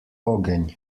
ogenj